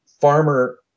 farmer